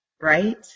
right